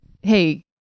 hey